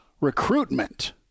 recruitment